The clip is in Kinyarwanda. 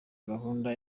gahunda